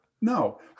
No